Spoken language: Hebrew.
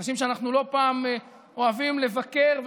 אנשים שאנחנו לא פעם אוהבים לבקר,